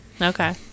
Okay